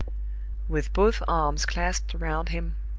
with both arms clasped round him,